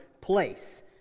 place